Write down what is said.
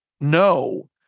no